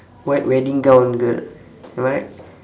white wedding gown girl am I right